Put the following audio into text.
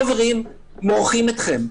חברים, מורחים אתכם.